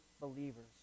believers